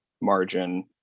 margin